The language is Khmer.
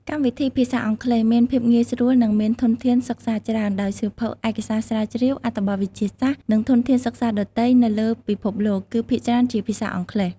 កម្មវិធីភាសាអង់គ្លេសមានភាពងាយស្រួលនិង មានធនធានសិក្សាច្រើន ដោយសៀវភៅ ឯកសារស្រាវជ្រាវ អត្ថបទវិទ្យាសាស្ត្រ និងធនធានសិក្សាដទៃទៀតនៅលើពិភពលោកគឺភាគច្រើនជាភាសាអង់គ្លេស។